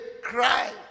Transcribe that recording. cry